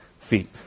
feet